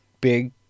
big